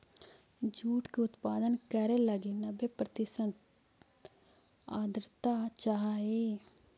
jute के उत्पादन करे लगी नब्बे प्रतिशत आर्द्रता चाहइ